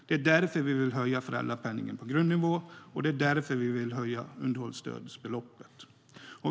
Det är därför vi vill höja föräldrapenningen på grundnivå, och det är därför vi vill höja underhållsstödsbeloppet.